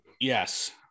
yes